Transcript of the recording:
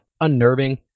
unnerving